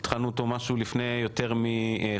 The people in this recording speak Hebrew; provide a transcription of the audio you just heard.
התחלנו אותו משהו לפני יותר מחודש,